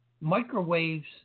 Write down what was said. microwaves